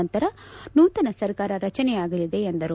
ನಂತರ ನೂತನ ಸರ್ಕಾರ ರಜನೆಯಾಗಲಿದೆ ಎಂದರು